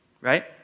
Right